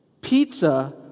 Pizza